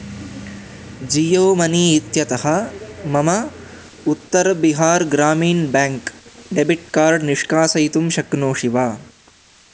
Jio money इत्यतः मम Uttar Bihar Gramin bank debit card निष्कासयितुं शक्नोषि वा